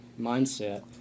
mindset